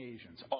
Asians